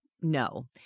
no